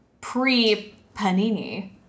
pre-Panini